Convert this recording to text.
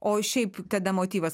o šiaip tada motyvas